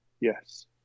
Yes